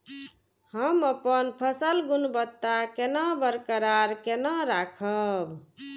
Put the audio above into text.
हम अपन फसल गुणवत्ता केना बरकरार केना राखब?